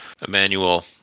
Emmanuel